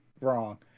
wrong